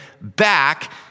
back